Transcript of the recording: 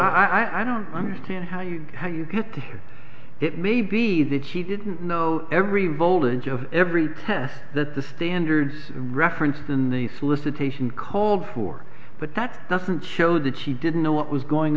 issues i don't understand how you how you could it may be that she didn't know every voltage of every test that the standards referenced in the solicitation called for but that doesn't show that she didn't know what was going